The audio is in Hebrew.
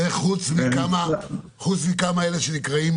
זה חוץ מכמה שנקראים